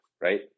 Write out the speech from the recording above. right